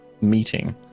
meeting